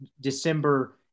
December